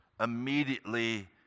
immediately